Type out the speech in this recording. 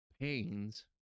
pains